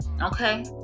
Okay